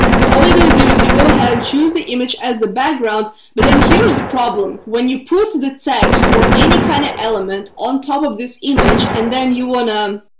so all you're gonna do is you go ahead and choose the image as the background. but then here's the problem when you put the text or any kind of element on top of this image, and then you want to,